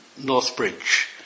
Northbridge